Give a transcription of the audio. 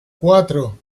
cuatro